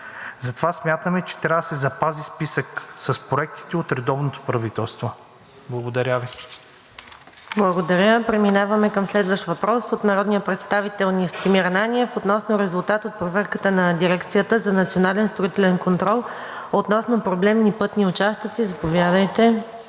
Затова смятаме, че трябва да се запази списък с проектите от редовното правителство. Благодаря Ви. ПРЕДСЕДАТЕЛ НАДЕЖДА САМАРДЖИЕВА: Благодаря. Преминаваме към следващ въпрос от народния представител Настимир Ананиев относно резултат от проверката на Дирекцията за национален строителен контрол относно проблемни пътни участъци. Заповядайте.